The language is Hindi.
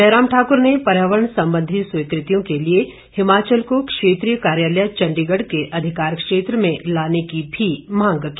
जयराम ठाकूर ने पर्यावरण संबंधी स्वीकृतियों के लिए हिमाचल को क्षेत्रीय कार्यालय चण्डीगढ़ के अधिकार क्षेत्र में लाने की भी मांग की